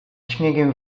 śniegiem